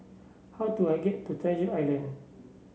how do I get to Treasure Island